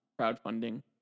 crowdfunding